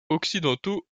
occidentaux